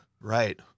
right